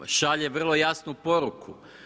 Šalje vrlo jasnu poruku.